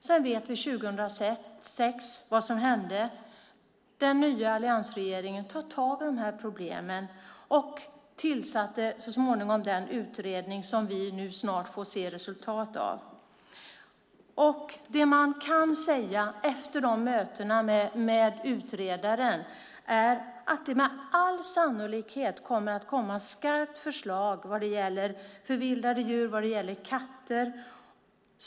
Sedan vet vi vad som hände 2006. Den nya alliansregeringen tar tag i problemen och tillsätter så småningom den utredning som vi nu snart får se resultat av. Det man kan säga efter mötena med utredaren är att det med all sannolikhet kommer att komma ett skarpt förslag vad gäller förvildade djur och katter.